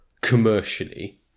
commercially